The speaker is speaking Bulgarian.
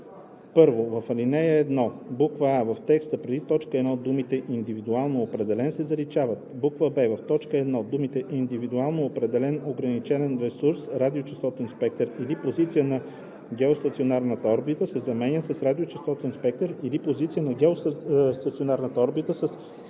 1. В ал. 1: а) в текста преди т. 1 думите „индивидуално определен“ се заличават; б) в т. 1 думите „индивидуално определен ограничен ресурс – радиочестотен спектър или позиции на геостационарната орбита“ се заменят с „радиочестотен спектър или позиция на геостационарната орбита